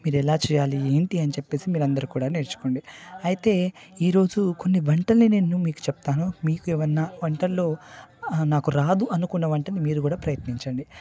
మీరు ఎలా చేయాలి ఏంటి అని చెప్పి మీరందరు కూడా నేర్చుకోండి అయితే ఈరోజు కొన్ని వంటల్ని మీకు చెప్తాను మీకు ఏమైనా వంటల్లో నాకు రాదు అనుకునే వంటని మీరు కూడా ప్రయత్నించండి ఓకేనా